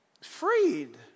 Freed